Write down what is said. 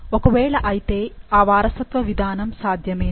ఒకవేళ అయితే ఆ వారసత్వ విధానం సాధ్యమేనా